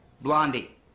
Blondie